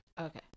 Okay